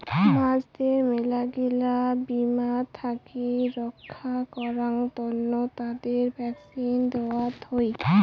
মাছদের মেলাগিলা বীমার থাকি রক্ষা করাং তন্ন তাদের ভ্যাকসিন দেওয়ত হই